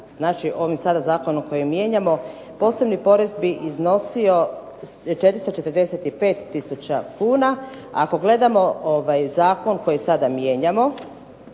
znači ovim sada zakonom koji mijenjamo posebni porez bi iznosio 445 tisuća kuna. Ako gledamo zakon koji sada mijenjamo